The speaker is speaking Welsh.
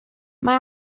mae